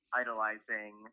idolizing